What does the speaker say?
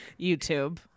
youtube